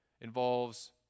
involves